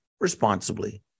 responsibly